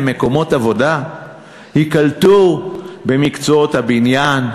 מקומות עבודה ייקלטו במקצועות הבניין,